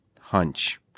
hunch